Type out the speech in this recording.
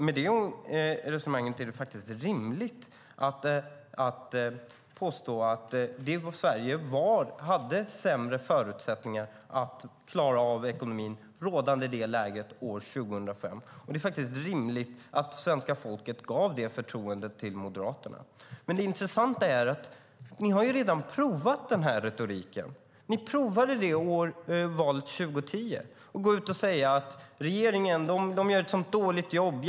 Med det resonemanget är det faktiskt rimligt att påstå att Sverige hade sämre förutsättningar att klara av ekonomin i det rådande läget år 2005. Det är rimligt att svenska folket gav förtroendet till Moderaterna. Det intressanta är att ni redan har provat den här retoriken. I valet 2010 provade ni att gå ut och säga: Regeringen gör ett dåligt jobb.